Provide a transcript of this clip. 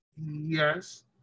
Yes